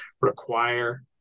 require